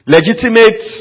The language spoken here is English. Legitimate